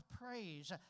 praise